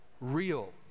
Real